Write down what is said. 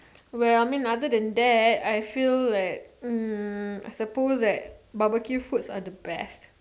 well I mean other than that I feel like mm I suppose that barbecue foods are the best